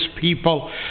people